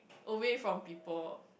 away from people